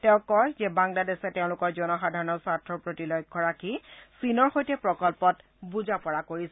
তেওঁ কয় যে বাংলাদেশে তেওঁলোকৰ জনসাধাৰণৰ স্বাৰ্থৰ প্ৰতি লক্ষ্য ৰাখি চীনৰ সৈতে প্ৰকল্পত বুজাপৰা কৰিছে